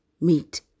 meet